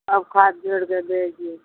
सब खाद जोड़िके भेज दिऔ